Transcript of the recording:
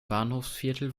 bahnhofsviertel